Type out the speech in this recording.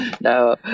no